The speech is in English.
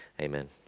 Amen